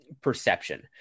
perception